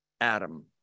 Adam